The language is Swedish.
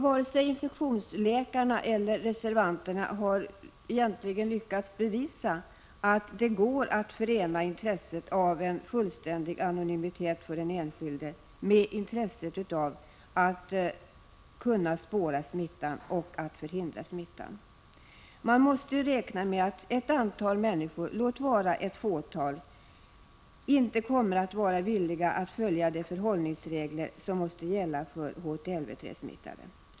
Varken infektionsläkarna eller reservanterna har egentligen lyckats bevisa att det går att förena intresset av en fullständig anonymitet för den enskilde med intresset av att kunna spåra smittan och att hejda denna. Man måste räkna med att ett antal människor — låt vara att det rör sig om ett fåtal — inte kommer att vara villiga att följa de förhållningsregler som måste gälla för HTLV-III-smittade.